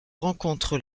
rencontre